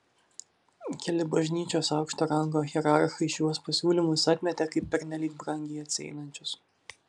keli bažnyčios aukšto rango hierarchai šiuos pasiūlymus atmetė kaip pernelyg brangiai atsieinančius